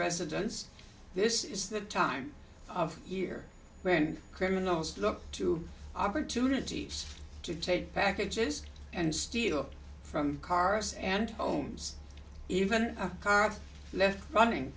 residents this is the time of year when criminals look to opportunities to take packages and steal from cars and homes even a car left running